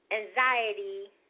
anxiety